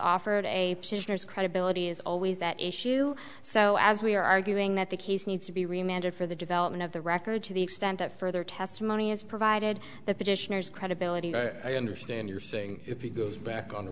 a credibility is always that issue so as we are arguing that the case needs to be reminded for the development of the record to the extent that further testimony is provided the petitioners credibility i understand you're saying if it goes back on